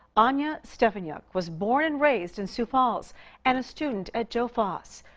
annya stefanyuk was born and raised in sioux falls and a student at joe foss.